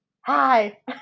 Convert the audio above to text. hi